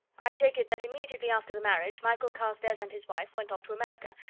i take it that immediately after the marriage michael carstairs and his wife went off to america,